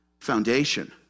foundation